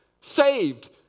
saved